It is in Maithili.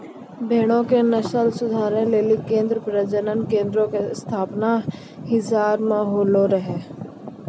भेड़ो के नस्ल सुधारै लेली केन्द्रीय प्रजनन केन्द्रो के स्थापना हिसार मे होलो रहै